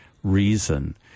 reason